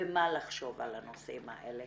ומה לחשוב על הנושאים האלה.